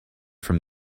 from